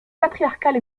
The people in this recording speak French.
patriarcale